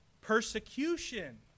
Persecution